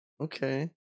Okay